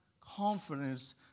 confidence